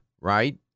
right